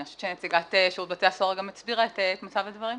אני חושבת שנציגת שירות בתי הסוהר גם הסבירה את מצב הדברים.